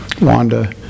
Wanda